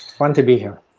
fun to be here.